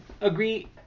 agree